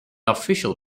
official